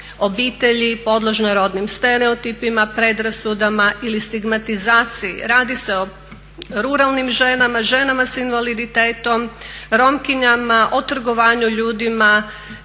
obitelji podložnoj rodnim stereotipima, predrasudama ili stigmatizaciji. Radi se o ruralnim ženama, ženama sa invaliditetom, Romkinjama, o trgovanju ljudima,